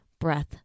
breath